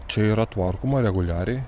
čia yra tvarkoma reguliariai